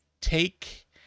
take